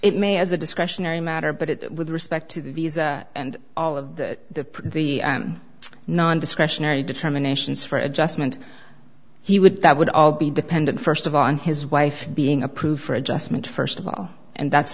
it may as a discretionary matter but it with respect to the visa and all of the the non discretionary determinations for adjustment he would that would all be dependent first of all on his wife being approved for adjustment first of all and that's